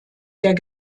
der